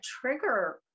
trigger